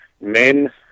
men